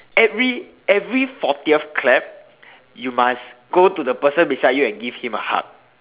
every every fortieth clap you must go to the person beside you and give him a hug